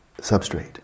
substrate